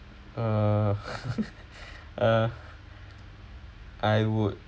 err uh I would